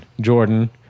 Jordan